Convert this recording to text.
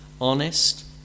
honest